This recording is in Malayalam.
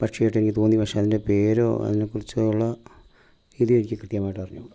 പക്ഷി ആയിട്ടെനിക്ക് തോന്നി പക്ഷേ അതിൻ്റെ പേരോ അതിനെക്കുറിച്ചോ ഉള്ള ഇത് എനിക്ക് കൃത്യമായിട്ട് അറിഞ്ഞുകൂടാ